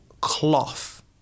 cloth